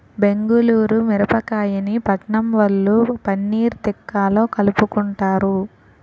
బెంగుళూరు మిరపకాయని పట్నంవొళ్ళు పన్నీర్ తిక్కాలో కలుపుకుంటారు